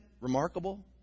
remarkable